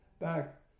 back